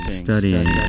studying